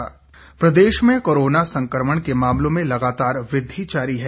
Himachal corona प्रदेश में corona संकमण के मामलों में लगातार वृद्धि जारी है